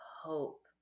hope